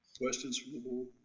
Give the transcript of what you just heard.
questions rule